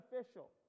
official